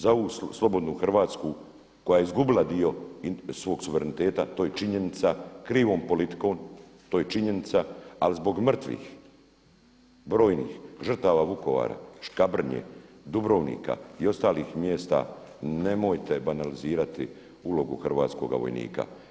Za ovu slobodnu Hrvatsku koja je izgubila dio svog suvereniteta, to je činjenica krivom politikom, to je činjenica, ali zbog mrtvih, brojnih žrtava Vukovara, Škabrnje, Dubrovnika i ostalih mjesta, nemojte banalizirati ulogu hrvatskoga vojnika.